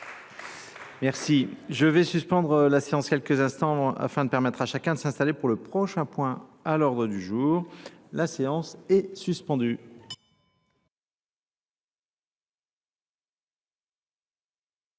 Merci. Je vais suspendre la séance quelques instants afin de permettre à chacun de s'installer pour le prochain point à l'ordre du jour. La séance est suspendue.